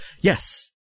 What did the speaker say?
Yes